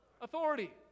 authority